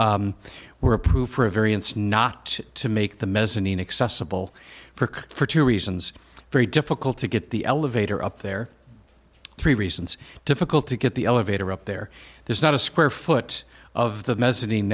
were approved for a variance not to make the mezzanine accessible for for two reasons very difficult to get the elevator up there are three reasons difficult to get the elevator up there there's not a square foot of the mezzanine